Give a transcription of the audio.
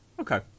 Okay